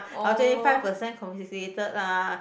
or say five percent confiscated lah